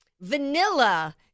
Vanilla